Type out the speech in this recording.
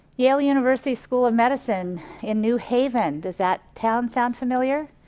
yale university school of medicine in new haven does that town sound familiar?